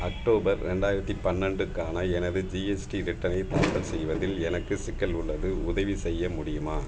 October ரெண்டாயிரத்தி பன்னெண்டுக்கான எனது ஜிஎஸ்டி ரிட்டர்னை தாக்கல் செய்வதில் எனக்கு சிக்கல் உள்ளது உதவி செய்ய முடியுமா